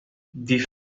difícil